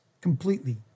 Completely